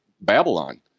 Babylon